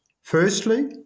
Firstly